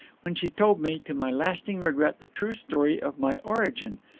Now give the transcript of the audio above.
when she told me, to my lasting regret, the true story of my origin.